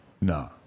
No